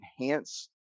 enhance